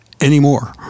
anymore